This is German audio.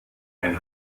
ein